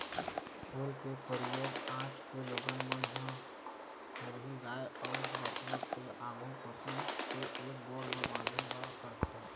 खोल के परियोग आज के लोगन मन ह हरही गाय अउ बछवा के आघू कोती के एक गोड़ म बांधे बर करथे